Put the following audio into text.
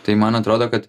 tai man atrodo kad